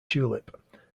tulip